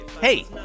hey